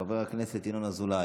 חבר הכנסת יוסף טייב,